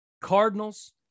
Cardinals